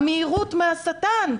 המהירות מהשטן.